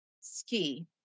ski